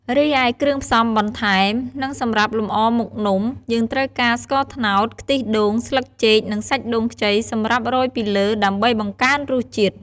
រីឯ គ្រឿងផ្សំបន្ថែម និងសម្រាប់លម្អមុខនំ យើងត្រូវការ ស្ករត្នោត ខ្ទិះដូង ស្លឹកចេក និងសាច់ដូងខ្ចី សម្រាប់រោយពីលើ ដើម្បីបង្កើនរសជាតិ។